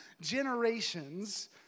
generations